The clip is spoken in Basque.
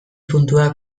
puntua